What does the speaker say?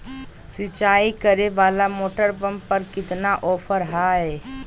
सिंचाई करे वाला मोटर पंप पर कितना ऑफर हाय?